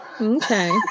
Okay